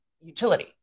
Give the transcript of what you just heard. utility